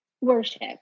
worship